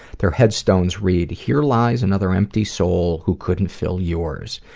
their headstones read, here lies another empty soul who couldn't fill yours.